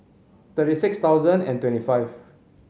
thirty six thousand and twenty five